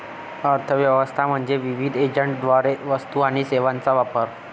अर्थ व्यवस्था म्हणजे विविध एजंटद्वारे वस्तू आणि सेवांचा वापर